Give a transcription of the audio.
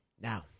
Now